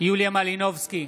יוליה מלינובסקי,